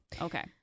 Okay